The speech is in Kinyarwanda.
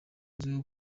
azwiho